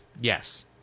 Yes